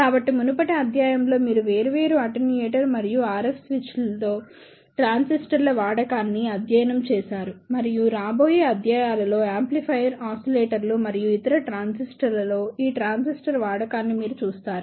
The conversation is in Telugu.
కాబట్టి మునుపటి అధ్యాయంలో మీరు వేరియబుల్ అటెన్యూయేటర్ మరియు RF స్విచ్లలో ట్రాన్సిస్టర్ల వాడకాన్ని అధ్యయనం చేసారు మరియు రాబోయే అధ్యాయాయ లో యాంప్లిఫైయర్ ఆసిలేటర్లు మరియు ఇతర సర్క్యూట్లలో ఈ ట్రాన్సిస్టర్ వాడకాన్ని మీరు చూస్తారు